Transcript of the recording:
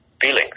feelings